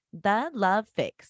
thelovefix